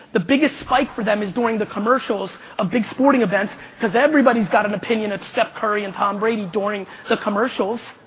the biggest spike for them is during the commercials of big sporting events because everybody's got an opinion of steph curry and tom brady during the commercials.